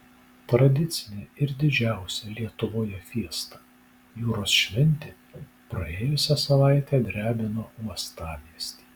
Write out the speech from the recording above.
tradicinė ir didžiausia lietuvoje fiesta jūros šventė praėjusią savaitę drebino uostamiestį